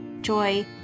joy